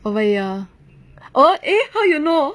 over here oh eh how you know